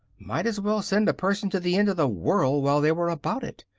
might as well send a person to the end of the world while they were about it.